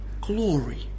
glory